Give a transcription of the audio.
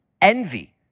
envy